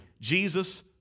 Jesus